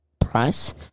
price